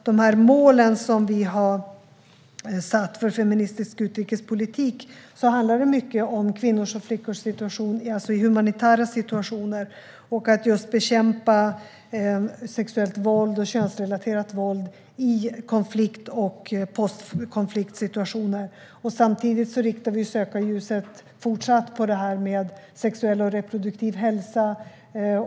De mål som vi har satt för en feministisk utrikespolitik handlar till stor del om kvinnors och flickors humanitära situation och om att bekämpa sexuellt och könsrelaterat våld i konflikt och postkonfliktsituationer. Samtidigt fortsätter vi att rikta sökarljuset mot frågor som gäller sexuell och reproduktiv hälsa.